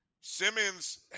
Simmons